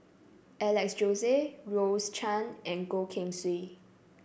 Alex Josey Rose Chan and Goh Keng Swee